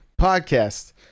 podcast